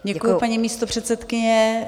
Děkuji, paní místopředsedkyně.